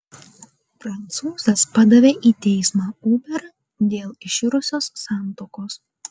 prancūzas padavė į teismą uber dėl iširusios santuokos